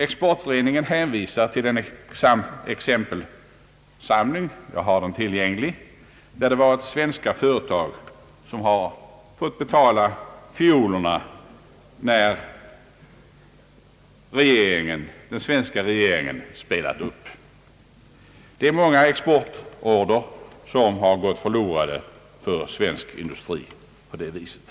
Exportföreningen hänvisar till en exempelsamling — jag har den tillgänglig — där svenska företag har fått betala fiolerna då den svenska regeringen spelat upp. Det är många exportorder som har gått förlorade för svensk industri på detta sätt.